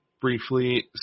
briefly